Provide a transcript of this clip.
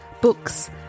books